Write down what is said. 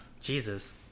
Jesus